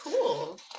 cool